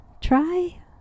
try